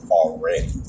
already